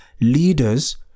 leaders